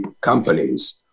companies